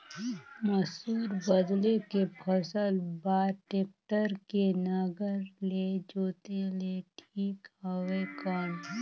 मसूर बदले के फसल बार टेक्टर के नागर ले जोते ले ठीक हवय कौन?